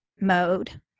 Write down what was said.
mode